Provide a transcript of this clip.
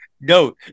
No